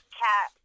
cat